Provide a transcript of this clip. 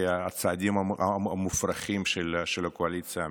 הצעדים המופרכים של הקואליציה המתהווה.